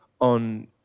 on